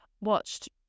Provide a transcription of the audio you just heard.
watched